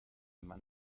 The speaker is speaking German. man